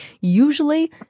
Usually